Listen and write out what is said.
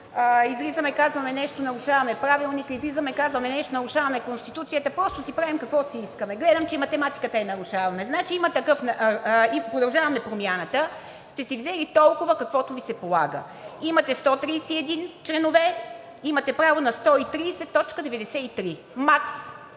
Излизаме, казваме нещо, нарушаваме Правилника; излизаме, казваме нещо, нарушаваме Конституцията. Просто си правим каквото си искаме. Гледам, че и математиката я нарушаваме. Значи, „Продължаваме Промяната“ сте си взели толкова, колкото Ви се полага. Имате 131 членове, имате право на 130,93 макс.